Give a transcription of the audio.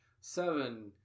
Seven